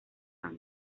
fama